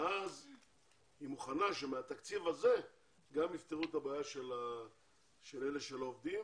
ואז היא מוכנה שמהתקציב הזה גם יפתרו את הבעיה של אלה שלא עובדים.